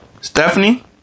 Stephanie